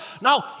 No